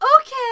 Okay